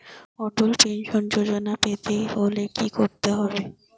অটল pension যোজনা পেতে হলে কি করতে হবে?